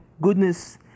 goodness